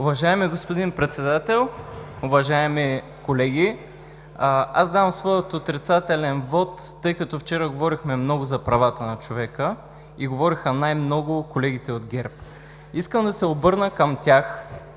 Уважаеми господин Председател, уважаеми колеги! Аз давам своя отрицателен вот, тъй като вчера говорихме много за правата на човека и говориха най-много колегите от ГЕРБ. Искам да се обърна към тях